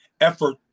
effort